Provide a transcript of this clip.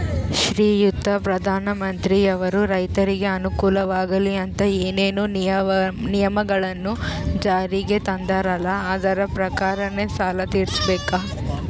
ಶ್ರೀಯುತ ಪ್ರಧಾನಮಂತ್ರಿಯವರು ರೈತರಿಗೆ ಅನುಕೂಲವಾಗಲಿ ಅಂತ ಏನೇನು ನಿಯಮಗಳನ್ನು ಜಾರಿಗೆ ತಂದಾರಲ್ಲ ಅದರ ಪ್ರಕಾರನ ಸಾಲ ತೀರಿಸಬೇಕಾ?